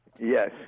Yes